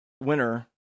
winner